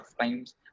times